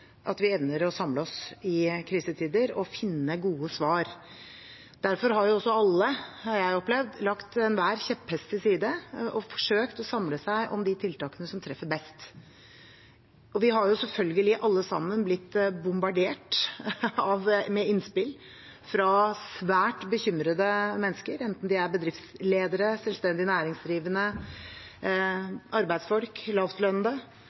at innbyggerne våre der ute ser at vi evner å samle oss i krisetider og finne gode svar. Derfor har også alle – har jeg opplevd – lagt enhver kjepphest til side og forsøkt å samle seg om de tiltakene som treffer best. Vi har selvfølgelig alle sammen blitt bombardert med innspill fra svært bekymrede mennesker – bedriftsledere, selvstendig næringsdrivende, arbeidsfolk, lavtlønnede